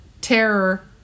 terror